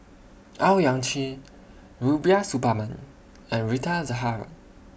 Owyang Chi Rubiah Suparman and Rita Zahara